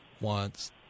wants